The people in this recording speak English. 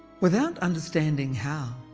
without understanding how,